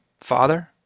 father